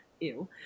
Ew